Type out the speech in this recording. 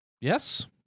yes